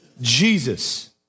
Jesus